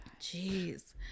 Jeez